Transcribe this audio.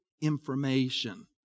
information